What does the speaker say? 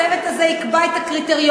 הצוות הזה יקבע את הקריטריונים,